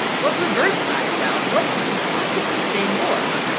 what reverse side, ralph? what could you possibly say more?